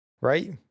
right